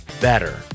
better